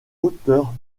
hauteur